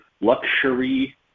luxury